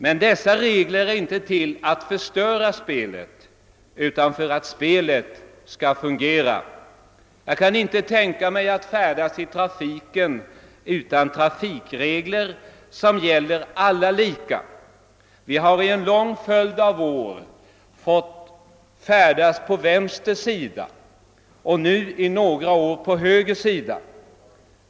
Men dessa regler är inte till för att förstöra spelet, utan för att spelet skall fungera. Jag kan inte tänka mig att färdas i trafiken utan trafikregler som gäller lika för alla. Vi har under en lång följd av år fått färdas på vänstra sidan av vägen och nu i några år på höger sida.